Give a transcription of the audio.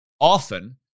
often